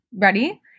Ready